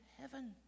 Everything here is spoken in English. heaven